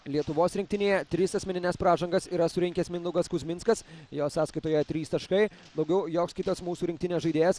lietuvos rinktinėje tris asmenines pražangas yra surinkęs mindaugas kuzminskas jo sąskaitoje trys taškai daugiau joks kitas mūsų rinktinės žaidėjas